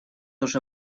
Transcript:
уже